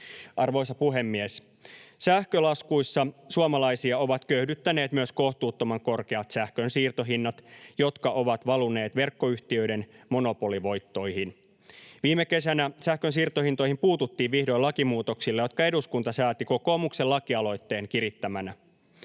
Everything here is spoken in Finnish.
Arvoisa puhemies! Sähkölaskuissa suomalaisia ovat köyhdyttäneet myös kohtuuttoman korkeat sähkön siirtohinnat, jotka ovat valuneet verkkoyhtiöiden monopolivoittoihin. Viime kesänä sähkön siirtohintoihin puututtiin vihdoin lakimuutoksilla, jotka eduskunta sääti kokoomuksen lakialoitteen kirittämänä.